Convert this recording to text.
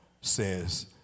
says